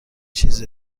چیز